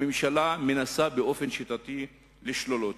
הממשלה מנסה באופן שיטתי לשלול אותה.